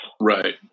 Right